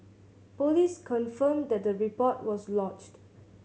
police confirmed that the report was lodged